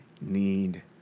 need